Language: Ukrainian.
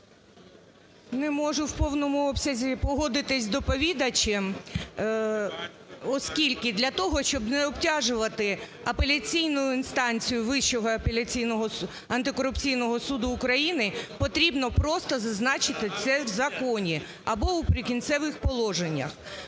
Не можу в повному обсязі погодитись з доповідачем, оскільки для того, щоб не обтяжувати апеляційну інстанцію Вищого антикорупційного суду України, потрібно просто зазначити це в законі або у "Прикінцевих положеннях".